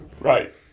Right